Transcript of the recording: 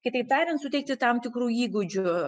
kitaip tariant suteikti tam tikrų įgūdžių